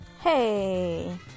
Hey